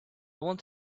want